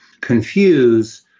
confuse